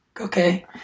okay